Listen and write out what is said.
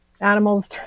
animals